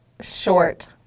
short